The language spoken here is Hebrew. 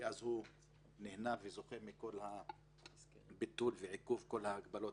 כי אז הוא נהנה וזוכה מביטול ועיכוב ההגבלות